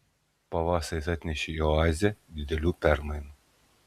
pavasaris atnešė į oazę didelių permainų